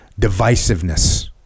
divisiveness